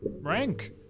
Rank